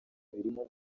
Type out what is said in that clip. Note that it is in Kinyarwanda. birimo